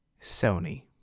Sony